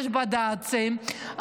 יש בד"צים,